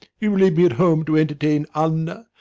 you leave me at home to entertain anna,